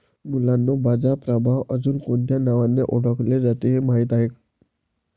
मुलांनो बाजार प्रभाव अजुन कोणत्या नावाने ओढकले जाते हे माहित आहे?